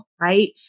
right